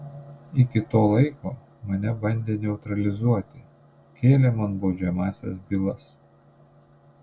iki to laiko mane bandė neutralizuoti kėlė man baudžiamąsias bylas